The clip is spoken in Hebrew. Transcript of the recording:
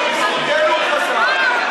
בזכותנו הוא חזר.